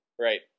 Right